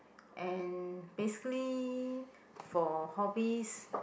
and basically for hobbies